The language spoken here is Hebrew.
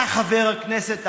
אתה, חבר הכנסת אמסלם,